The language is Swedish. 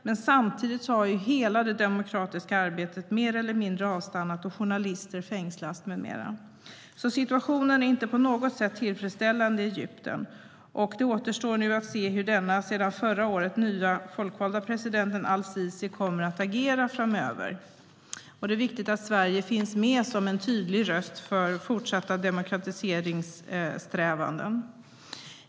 Men samtidigt har hela det demokratiska arbetet mer eller mindre avstannat, journalister har fängslats med mera. Situationen är alltså inte på något sätt tillfredsställande i Egypten. Det återstår nu att se hur denna sedan förra året nya folkvalde presidenten al-Sisi kommer att agera framöver. Det är viktigt att Sverige finns med som en tydlig röst för fortsatta demokratiseringssträvanden.